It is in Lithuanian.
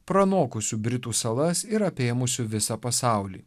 pranokusiu britų salas ir apėmusiu visą pasaulį